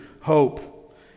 hope